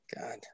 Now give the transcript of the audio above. God